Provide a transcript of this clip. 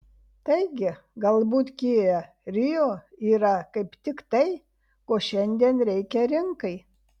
taigi galbūt kia rio yra kaip tik tai ko šiandien reikia rinkai